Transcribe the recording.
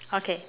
okay